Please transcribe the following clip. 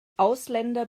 ausländer